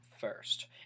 first